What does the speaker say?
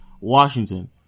Washington